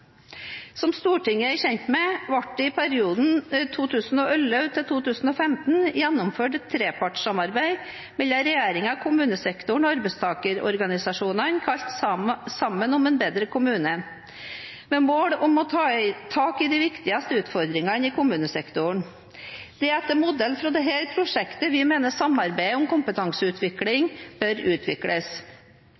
Som Stortinget er kjent med, ble det i perioden 2011 til 2015 gjennomført et trepartssamarbeid mellom regjeringen, kommunesektoren og arbeidstakerorganisasjonene kalt «Sammen om en bedre kommune», med mål om å ta tak i de viktigste utfordringene i kommunesektoren. Det er etter modell fra dette prosjektet vi mener samarbeidet om kompetanseutvikling